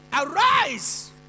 Arise